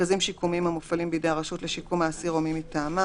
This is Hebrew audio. מרכזים שיקומיים המופעלים בידי הרשות לשיקום האסיר או מי מטעמה,